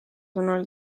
sõnul